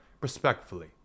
Respectfully